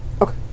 Okay